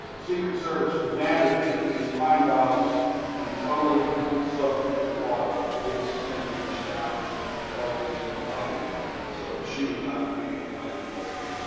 secret service demanded that these pine boughs be totally soaked with water before mrs. kennedy reached down to light the eternal flame so that she would not be lighted and with it.